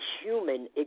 human